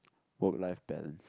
work life balance